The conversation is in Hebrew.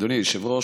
אדוני היושב-ראש.